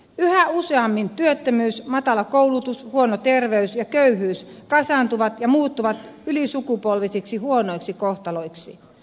yhä useammin työttömyys matala koulutus huono terveys ja köyhyys kasaantuvat ja muuttuvat ylisukupolvisiksi huonoiksi kohtaloiksi